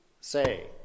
Say